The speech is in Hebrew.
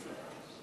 בבקשה.